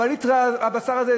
אבל ליטרת הבשר הזה,